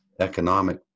economic